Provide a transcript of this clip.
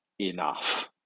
enough